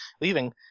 leaving